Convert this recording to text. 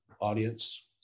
audience